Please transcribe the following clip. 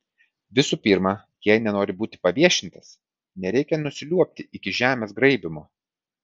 visų pirma jei nenori būti paviešintas nereikia nusiliuobti iki žemės graibymo